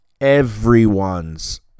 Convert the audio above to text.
everyone's